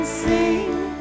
sing